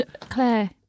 Claire